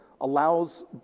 allows